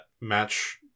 match